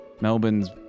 Melbourne's